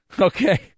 Okay